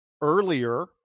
Earlier